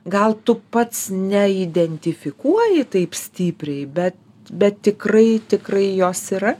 gal tu pats neidentifikuoji taip stipriai be bet tikrai tikrai jos yra